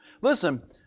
Listen